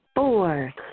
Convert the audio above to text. Four